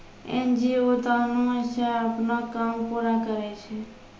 NGO दानो से अपनो काम पूरा करै छै